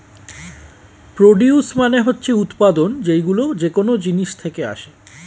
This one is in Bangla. প্রডিউস মানে হচ্ছে উৎপাদন, যেইগুলো যেকোন জিনিস থেকে আসে